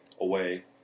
away